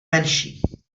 menší